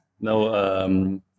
No